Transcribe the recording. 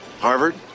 Harvard